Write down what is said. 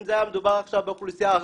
אם היה מדובר עכשיו באוכלוסייה הערבית,